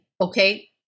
Okay